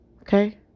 Okay